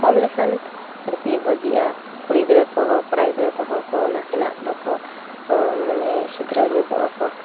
ᱠᱚᱢ ᱞᱮᱠᱷᱟᱱ ᱟᱨᱠᱤ ᱵᱷᱟᱜᱮᱜᱼᱟ ᱠᱩᱲᱤ ᱜᱤᱫᱽᱨᱟᱹ ᱠᱚᱦᱚᱸ ᱠᱚᱲᱟ ᱜᱤᱫᱽᱨᱟᱹ ᱠᱚᱦᱚᱸ ᱠᱚ ᱱᱟᱥᱮᱱᱟᱜ ᱫᱚᱠᱚ ᱢᱟᱱᱮ ᱥᱩᱫᱷᱨᱟᱹᱣ ᱧᱚᱜᱚᱜ ᱟᱠᱚ